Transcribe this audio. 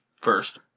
First